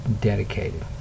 dedicated